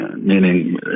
meaning